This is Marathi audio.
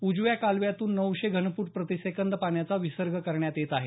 उजव्या कालव्यातून नऊशे घनफूट प्रतिसेकंद पाण्याचा विसर्ग करण्यात येत आहे